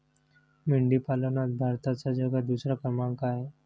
मेंढी पालनात भारताचा जगात दुसरा क्रमांक आहे